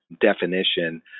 definition